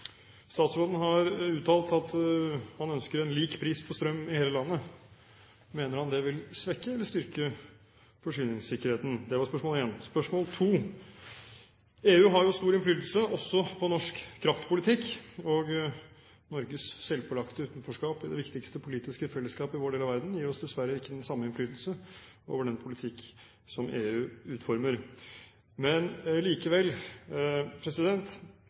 statsråden. Statsråden har uttalt at han ønsker lik pris på strøm i hele landet. Mener han det vil svekke eller styrke forsyningssikkerheten? Det var spørsmål 1. EU har stor innflytelse også på norsk kraftpolitikk, og Norges selvpålagte utenforskap fra det viktigste politiske fellesskap i vår del av verden gir oss dessverre ikke den samme innflytelse over den politikk som EU utformer. Men likevel,